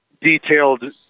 detailed